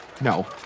No